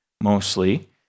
mostly